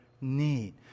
need